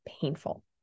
painful